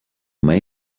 may